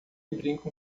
brincam